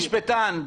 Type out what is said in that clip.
קחי משפטן.